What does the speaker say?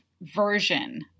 version